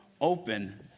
Open